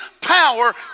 power